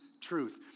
truth